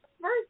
first